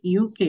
UK